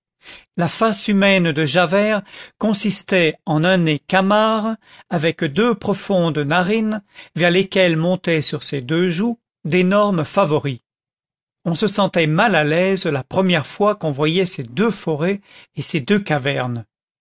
la face humaine de javert consistait en un nez camard avec deux profondes narines vers lesquelles montaient sur ses deux joues d'énormes favoris on se sentait mal à l'aise la première fois qu'on voyait ces deux forêts et ces deux cavernes